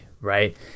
right